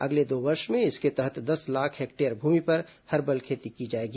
अगले दो वर्ष में इसके तहत दस लाख हेक्टेयर भूमि पर हर्बल खेती की जाएगी